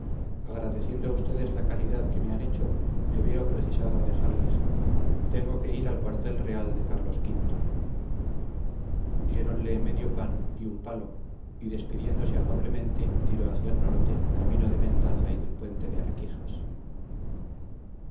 agradeciendo a ustedes la caridad que me han hecho me veo precisado a dejarles tengo que ir al cuartel real de carlos v diéronle medio pan y un palo y despidiéndose afablemente tiró hacia el norte camino de mendaza y del puente de arquijas